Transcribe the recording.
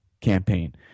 campaign